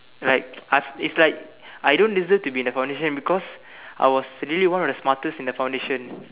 like us it's like I don't deserve to be in the foundation because I was really one of the smartest in the foundation